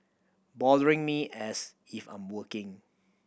bothering me as if I'm working